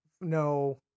no